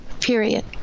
Period